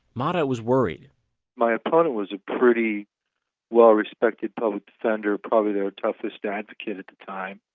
motta was worried my opponent was a pretty well-respected public defender, probably their toughest advocate at the time.